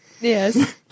Yes